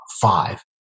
five